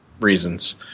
reasons